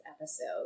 episode